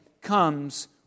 comes